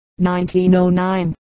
1909